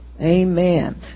Amen